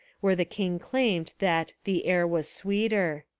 where the king claimed that the air was sweeter.